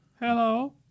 Hello